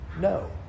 no